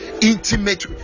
intimate